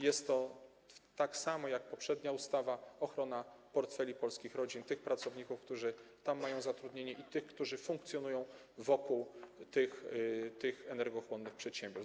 Jest to, tak samo jak poprzednia ustawa, ochrona portfeli polskich rodzin, tych pracowników, którzy tam mają zatrudnienie, i tych, którzy funkcjonują wokół tych energochłonnych przedsiębiorstw.